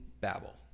Babel